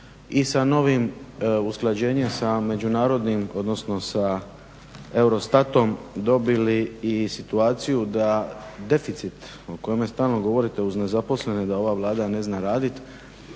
i sa novim usklađenjem sa međunarodnim odnosno sa EUROSTAT-om dobili i situaciju da deficit o kojemu stalno govorite uz nezaposlene da ova Vlada ne zna raditi